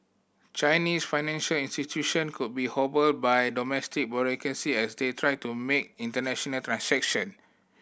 Chinese financial institution could be hobbled by domestic bureaucracy as they try to make international transaction